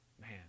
man